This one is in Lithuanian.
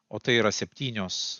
o tai yra septynios